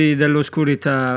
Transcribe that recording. dell'oscurità